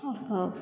आओर कहब